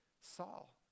Saul